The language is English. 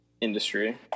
Industry